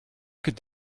could